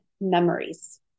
memories